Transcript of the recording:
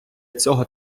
цього